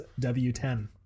W10